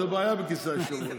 זה בעיה בכיסא היושב-ראש.